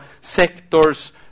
sectors